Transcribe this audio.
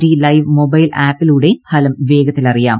D live mobile ആപ്പിലൂടെ ഫലം വേഗത്തിലറിയാം